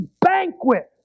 banquet